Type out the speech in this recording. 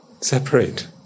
Separate